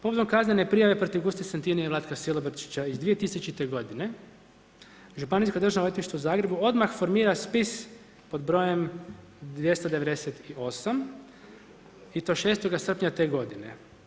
Povodom kaznene prijave, protiv Guste Santinija i Vlatka Silobrčića iz 2000. g. Županijsko državno odvjetništvo u Zagrebu, odmah formira spis pod br. 298 i to 6. srpnja te godine.